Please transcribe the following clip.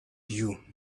you